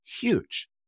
huge